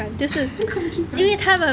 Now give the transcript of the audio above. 恐惧感